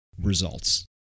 results